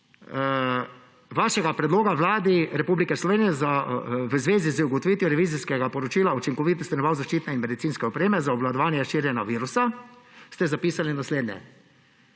vašega predloga Vladi Republike Slovenije v zvezi z ugotovitvijo revizijskega poročila o učinkovitosti nabav zaščitne in medicinske opreme za obvladovanje širjenja virusa naslednje.